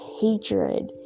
hatred